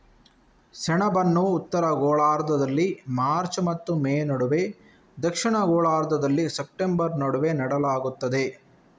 ಸೆಣಬನ್ನು ಉತ್ತರ ಗೋಳಾರ್ಧದಲ್ಲಿ ಮಾರ್ಚ್ ಮತ್ತು ಮೇ ನಡುವೆ, ದಕ್ಷಿಣ ಗೋಳಾರ್ಧದಲ್ಲಿ ಸೆಪ್ಟೆಂಬರ್ ನಡುವೆ ನೆಡಲಾಗುತ್ತದೆ